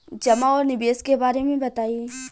जमा और निवेश के बारे मे बतायी?